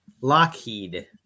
Lockheed